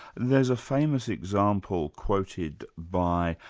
there's a famous example quoted by,